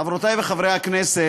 חברות וחברי הכנסת,